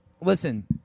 listen